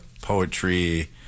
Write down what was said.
poetry